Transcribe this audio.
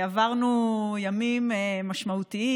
עברנו ימים משמעותיים,